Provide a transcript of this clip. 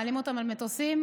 מעלים אותם על מטוסים,